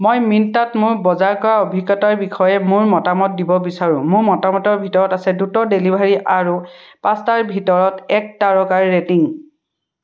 মই মিন্ত্ৰাত মোৰ বজাৰ কৰাৰ অভিজ্ঞতাৰ বিষয়ে মোৰ মতামত দিব বিচাৰোঁ মোৰ মতামতৰ ভিতৰত আছে দ্ৰুত ডেলিভাৰী আৰু পাঁচটাৰ ভিতৰত এক তাৰকাৰ ৰেটিং